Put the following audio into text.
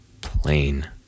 plain